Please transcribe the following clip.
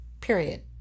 period